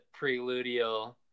preludial